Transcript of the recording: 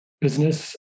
business